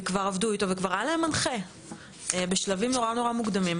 כבר עבדו איתו וכבר היה להם מנחה בשלבים נורא מוקדמים,